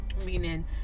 Meaning